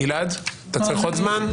גלעד, אתה צריך עוד זמן?